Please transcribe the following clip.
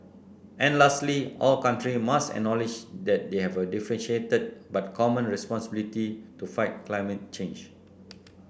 and lastly all countries must acknowledge that they have a differentiated but common responsibility to fight climate change